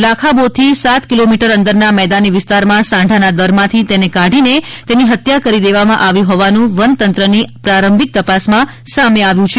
લાખાબોથી સાત કિલોમીટર અંદરના મેદાની વિસ્તારમાં સાંઢાના દર માંથી તેને કાઢીને તેની હત્યા કરી દેવામાં આવી હોવાનું વન તંત્ર ની આંરંભિક તપાસમાં સામે આવ્યું છે